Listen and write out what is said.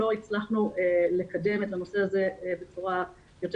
לא הצלחנו לקדם את הנושא הזה בצורה יותר